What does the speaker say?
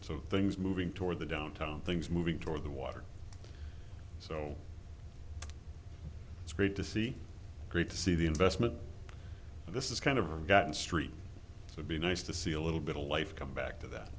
so things moving toward the downtown things moving toward the water so it's great to see great to see the investment this is kind of gotten street to be nice to see a little bit of life come back to that